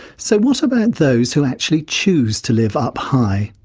so what about those who actually choose to live up high?